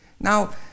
Now